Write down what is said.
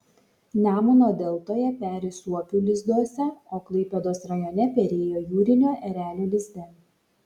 nemuno deltoje peri suopių lizduose o klaipėdos rajone perėjo jūrinio erelio lizde